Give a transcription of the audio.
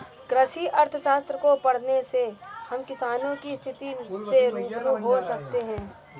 कृषि अर्थशास्त्र को पढ़ने से हम किसानों की स्थिति से रूबरू हो सकते हैं